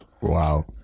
Wow